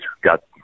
got